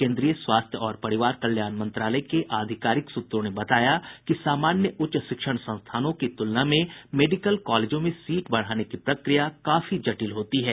केन्द्रीय स्वास्थ्य और परिवार कल्याण मंत्रालय के आधिकारिक सूत्रों ने बताया कि सामान्य उच्च शिक्षण संस्थानों की तुलना में मेडिकल कॉलेजों में सीट बढ़ाने की प्रक्रिया काफी जटिल होती है